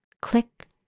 Click